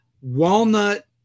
Walnut